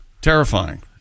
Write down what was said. Terrifying